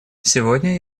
сегодня